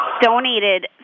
donated